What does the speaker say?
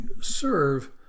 serve